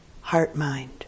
heart-mind